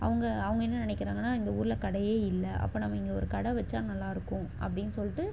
அவங்க அவங்க என்ன நினைக்கிறாங்கன்னா இந்த ஊரில் கடையே இல்லை அப்போது நாம் இங்கே ஒரு கடை வைச்சா நல்லா இருக்கும் அப்படின் சொல்லிட்டு